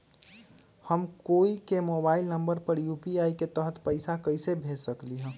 हम कोई के मोबाइल नंबर पर यू.पी.आई के तहत पईसा कईसे भेज सकली ह?